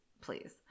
please